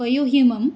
पयोहिमम्